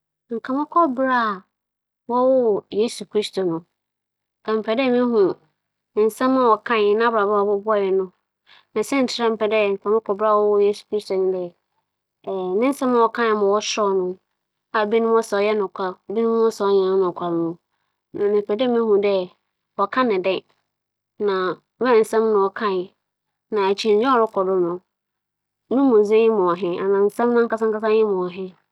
Sɛ merenya akwanya akͻ abakͻsɛm mu a, bea mobͻkͻ nye mbrahyɛbagua a odzii kan ber a Ghana nyaa ne fahodzi. Siantsir nye dɛ, mpɛn pii no modwen kwan a wͻfaa do hyehyɛɛ mbra a odzii kan maa Ghana nna kwan a wͻfaa do hun dza oye na dza omo a otwar dɛ ͻba mu, ntsi dɛm adze yi nye adze a mebɛpɛ dɛ mobohu.